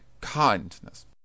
kindness